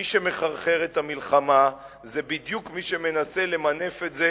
מי שמחרחר מלחמה זה בדיוק מי שמנסה למנף את זה